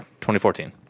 2014